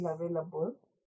available